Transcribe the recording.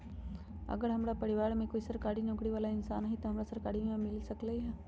अगर हमरा परिवार में कोई सरकारी नौकरी बाला इंसान हई त हमरा सरकारी बीमा मिल सकलई ह?